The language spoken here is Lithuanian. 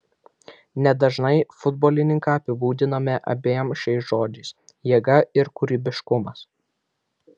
nedažnai futbolininką apibūdiname abiem šiais žodžiais jėga ir kūrybiškumas